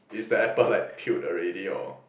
is the apple like peeled already or